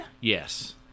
Yes